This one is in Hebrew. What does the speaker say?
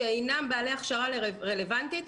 שאינם בעלי הכשרה רלוונטית,